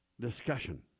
discussion